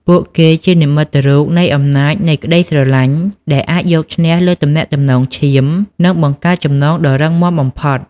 ពួកគេជានិមិត្តរូបនៃអំណាចនៃក្ដីស្រឡាញ់ ដែលអាចយកឈ្នះលើទំនាក់ទំនងឈាម ហើយបង្កើតចំណងដ៏រឹងមាំបំផុត។